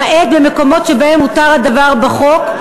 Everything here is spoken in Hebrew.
למעט במקומות שבהם מותר הדבר בחוק,